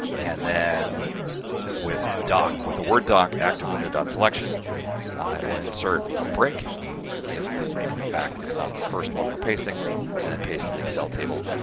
and then with doc with the word doc active window dot selection, it will insert a break if in fact it's not the first one we're pasting and then paste the excel table,